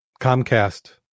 Comcast